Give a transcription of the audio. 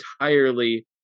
entirely